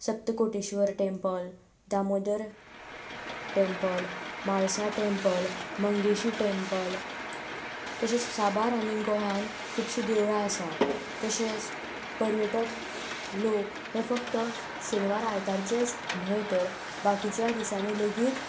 Saptakoteshwar temple Damodar temple Mhalsa temple Mangeshi temple तशेंच साबार आनी गोंयान खुबशीं देवळां आसात तशेंच पर्यटक लोक हे फक्त शेनवार आयतारचेच न्हय तर बाकिच्या दिसांनी लेगीत